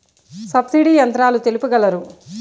Subsidy యంత్రాలు తెలుపగలరు?